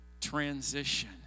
transition